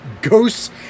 ghosts